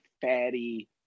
fatty